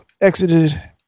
exited